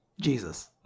jesus